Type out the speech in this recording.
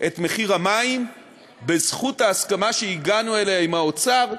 את מחיר המים בזכות ההסכמה שהגענו אליה עם האוצר,